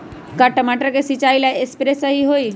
का टमाटर के सिचाई ला सप्रे सही होई?